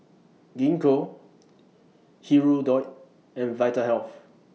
Gingko Hirudoid and Vitahealth